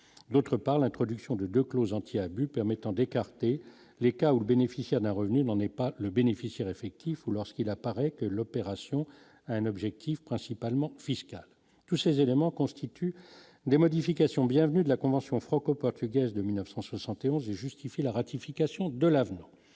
d'autre part, l'introduction de de clause anti-abus permettant d'écarter les cas ou bénéficiaires d'un revenu dans n'est pas le bénéficiaire effectif ou lorsqu'il apparaît que l'opération un objectif principalement fiscales tous ces éléments constituent des modifications bienvenues de la convention franco-portugaise de 1971 justifie la ratification de l'avenir,